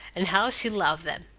and how she loved them!